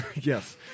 Yes